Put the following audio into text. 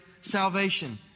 salvation